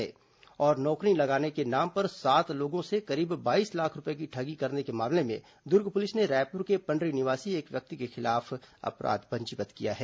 नौकरी लगाने के नाम पर सात लोगों से करीब बाईस लाख रूपये की ठगी के मामले में दुर्ग पुलिस ने रायपुर के पंडरी निवासी एक व्यक्ति के खिलाफ अपराध पंजीबद्ध किया है